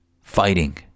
fighting